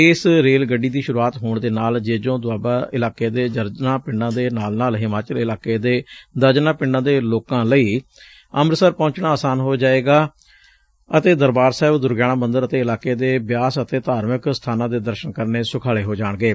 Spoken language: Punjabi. ਇਸ ਰੇਲ ਗੱਡੀ ਦੀ ਸ਼ੁਰੁਆਤ ਹੋਣ ਦੇ ਨਾਲ ਜੇਜੌ ਦੋਆਬਾ ਇਲਾਕੇ ਦੇ ਦਰਜਨਾਂ ਪਿੰਡਾਂ ਦੇ ਨਾਲ ਨਾਲ ਹਿਮਾਚਲ ਇਲਾਕੇ ਦੇ ਦਰਜਨਾਂ ਪਿੰਡਾਂ ਦੇ ਲੋਕਾਂ ਲਈ ਅੰਮ੍ਰਿਤਸਰ ਪਹੁੰਚਣਾ ਆਸਾਨ ਹੋ ਜਾਵੇਗਾ ਅਤੇ ਦਰਬਾਰ ਸਾਹਿਬ ਦੁਰਗਆਣਾ ਮੰਦਰ ਅਤੇ ਇਲਾਕੇ ਦੇ ਬਿਆਸ ਆਦਿ ਧਾਰਮਿਕ ਸਬਾਨਾਂ ਦੇ ਦਰਸਨ ਕਰਨੇ ਸੁਖਾਲੇ ਹੋ ਜਾਣਗੇ